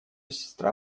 сестра